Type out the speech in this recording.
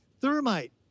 thermite